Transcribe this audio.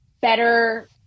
better